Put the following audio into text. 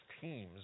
teams